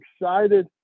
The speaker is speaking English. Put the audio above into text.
excited